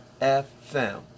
FM